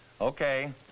Okay